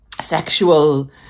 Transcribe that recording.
sexual